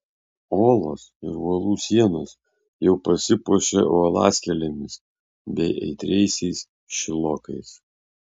olos ir uolų sienos jau pasipuošė uolaskėlėmis bei aitriaisiais šilokais